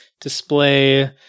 display